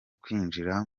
kwinjira